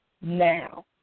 now